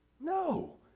No